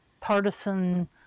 partisan